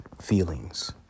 feelings